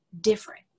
different